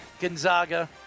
Gonzaga